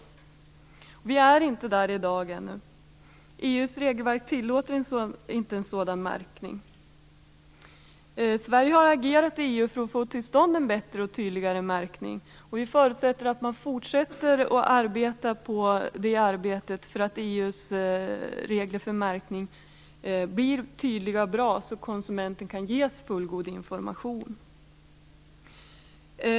Vi är i dag ännu inte där. EU:s regelverk tillåter inte en sådan märkning. Sverige har agerat i EU för att få till stånd en bättre och tydligare märkning, och vi förutsätter att man fortsätter arbetet för att EU:s regler om märkning skall bli så tydliga och bra att konsumenten kan ges fullgod information.